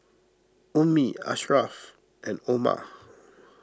Ummi Asharaff and Omar